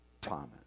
Thomas